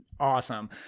awesome